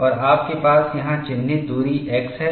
और आपके पास यहाँ चिन्हित दूरी x है